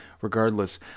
regardless